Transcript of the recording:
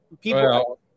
people –